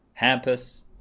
Hampus